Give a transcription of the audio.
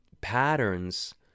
patterns